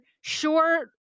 sure